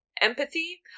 empathy